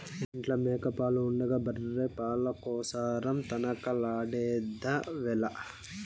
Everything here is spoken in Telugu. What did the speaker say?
ఇంట్ల మేక పాలు ఉండగా బర్రె పాల కోసరం తనకలాడెదవేల